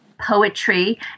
poetry